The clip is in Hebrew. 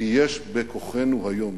כי יש בכוחנו היום,